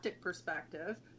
perspective